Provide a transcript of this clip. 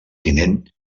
tinent